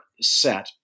set